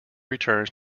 returns